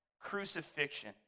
Crucifixion